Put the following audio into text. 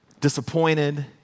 disappointed